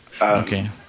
Okay